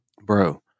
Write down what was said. bro